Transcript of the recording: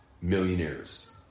millionaires